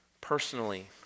personally